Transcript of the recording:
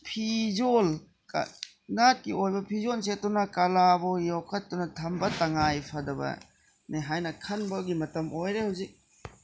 ꯐꯤꯖꯣꯜ ꯅꯥꯠꯀꯤ ꯑꯣꯏꯕ ꯐꯤꯖꯣꯜ ꯁꯦꯠꯇꯨꯅ ꯀꯂꯥꯕꯨ ꯌꯣꯛꯈꯠꯇꯨꯅ ꯊꯝꯕ ꯇꯉꯥꯏ ꯐꯗꯕꯅꯤ ꯍꯥꯏꯅ ꯈꯟꯕꯒꯤ ꯃꯇꯝ ꯑꯣꯏꯔꯦ ꯍꯧꯖꯤꯛ